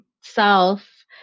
self